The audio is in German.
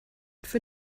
für